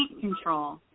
control